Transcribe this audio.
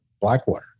Blackwater